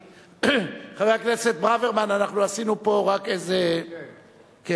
חבר הכנסת ברוורמן, עשינו פה רק איזה פיילוט,